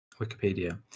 Wikipedia